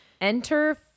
enter